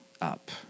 up